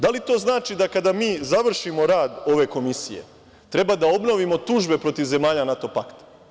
Da li to znači da kada mi završimo rad ove komisije, treba da obnovimo tužbe protiv zemalja NATO pakta?